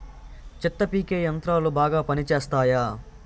చెత్త పీకే యంత్రాలు బాగా పనిచేస్తాయా?